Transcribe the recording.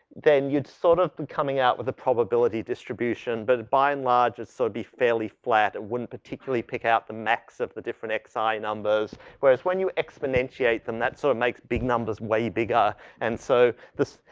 then you'd sort of coming out with a probability distribution but by and large it's so be fairly flat and wouldn't particularly pick out the max of the different xi ah numbers whereas when you exponentiate them, that sort of makes big numbers way bigger and so, this,